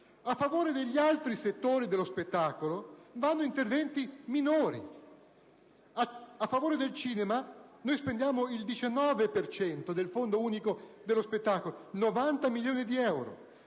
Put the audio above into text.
A favore degli altri settori dello spettacolo sono indirizzati interventi minori: a favore del cinema noi spendiamo il 19 per cento del fondo unico dello spettacolo (90 milioni di euro);